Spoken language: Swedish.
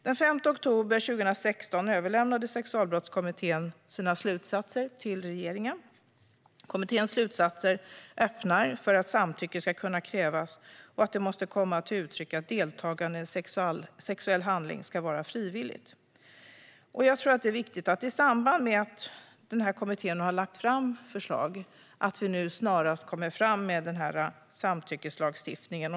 Den 5 oktober 2016 överlämnade 2014 års sexualbrottskommitté sina slutsatser till regeringen. Kommitténs slutsatser öppnar för att samtycke ska kunna krävas och att det måste komma till uttryck att deltagande i en sexuell handling ska vara frivilligt. När denna kommitté har lagt fram förslag tror jag att det är viktigt att vi snarast kommer fram med samtyckeslagstiftningen.